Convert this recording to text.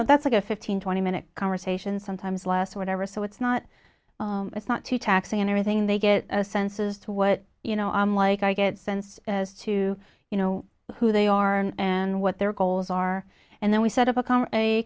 know that's like a fifteen twenty minute conversation sometimes last whatever so it's not it's not too taxing and everything they get senses to what you know i'm like i get sense as to you know who they are and what their goals are and then we set up a